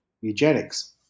eugenics